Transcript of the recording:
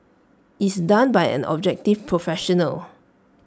is done by an objective professional